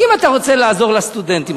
אם אתה רוצה לעזור לסטודנטים,